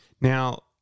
Now